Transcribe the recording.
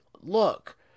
look